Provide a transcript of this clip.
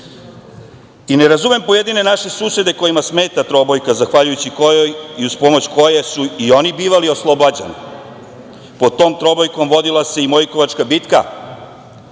razumem pojedine naše susede kojima smeta trobojka zahvaljujući kojoj i uz pomoć koje su i oni bivali oslobađani. Po tom trobojkom vodila se i Mojkovačka bitka,